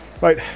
right